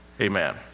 Amen